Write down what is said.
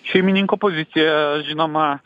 šeimininko pozicija žinoma